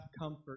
comfort